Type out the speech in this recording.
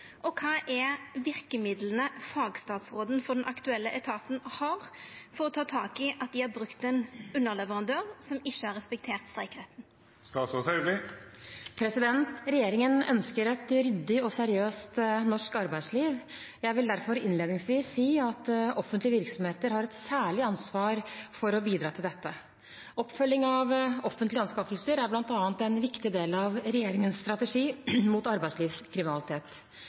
og kva er i så fall verkemidla fagstatsråden for den aktuelle etaten har overfor ein leverandør som ikkje har respektert streikeretten?» Regjeringen ønsker et ryddig og seriøst norsk arbeidsliv. Jeg vil derfor innledningsvis si at offentlige virksomheter har et særlig ansvar for å bidra til dette. Oppfølging av offentlige anskaffelser er bl.a. en viktig del av regjeringens strategi mot arbeidslivskriminalitet.